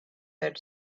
had